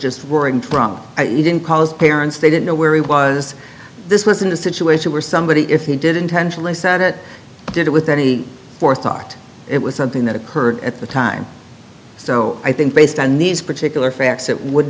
from you didn't cause parents they didn't know where he was this wasn't a situation where somebody if he did intentionally set it did it with any forethought it was something that occurred at the time so i think based on these particular facts it would